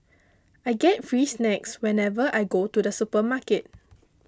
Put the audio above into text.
I get free snacks whenever I go to the supermarket